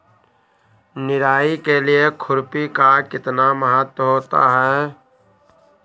निराई के लिए खुरपी का कितना महत्व होता है?